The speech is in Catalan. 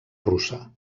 russa